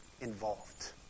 involved